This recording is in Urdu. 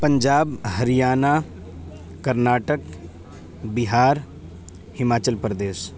پنجاب ہریانہ کرناٹک بہار ہماچل پردیش